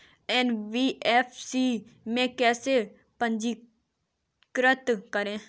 NBFC में कैसे पंजीकृत करें?